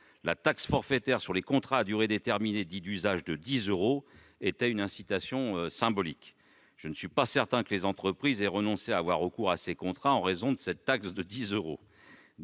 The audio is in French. La taxe forfaitaire de 10 euros sur les contrats à durée déterminée dits d'usage était une incitation symbolique. Je ne suis pas certain que les entreprises aient renoncé à avoir recours à ces contrats en raison de cette taxe de 10 euros